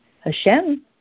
Hashem